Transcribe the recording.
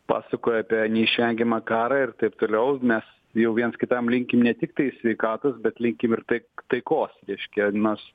pasakoja apie neišvengiamą karą ir taip toliau mes jau viens kitam linkim ne tiktai sveikatos bet linkim ir tai taikos reiškia nas